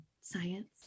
science